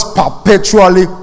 perpetually